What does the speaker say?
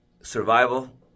Survival